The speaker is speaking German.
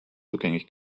rückgängig